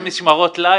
הוא עושה משמרות לילה,